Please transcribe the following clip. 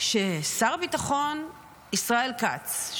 ששר הביטחון ישראל כץ,